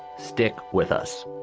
stick with us.